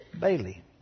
Bailey